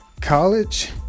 College